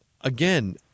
Again